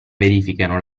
verificano